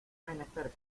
menester